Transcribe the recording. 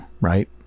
right